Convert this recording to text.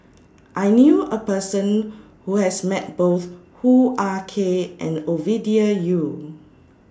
I knew A Person Who has Met Both Hoo Ah Kay and Ovidia Yu